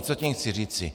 Co tím chci říci?